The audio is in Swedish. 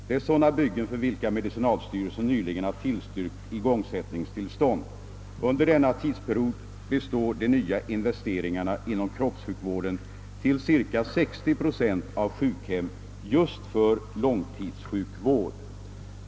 Det är sådana byggen, för vilka medicinalstyrelsen nyligen har tillstyrkt igångsättningstillstånd. Under denna tidsperiod består de nya investeringarna inom kroppssjukvården till ca 60 procent av sjukhem m.m. för långtidssjukvård.